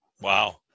Wow